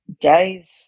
Dave